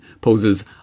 poses